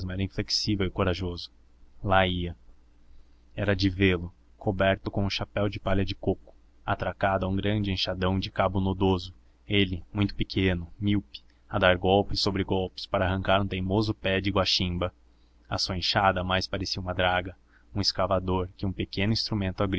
era inflexível e corajoso lá ia era de vê-lo coberto com um chapéu de palha de coco atracado a um grande enxadão de cabo nodoso ele muito pequeno míope a dar golpes sobre golpes para arrancar um teimoso pé de guaximba a sua enxada mais parecia uma draga um escavador que um pequeno instrumento